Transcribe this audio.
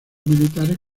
militares